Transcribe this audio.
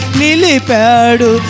nilipadu